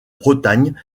bretagne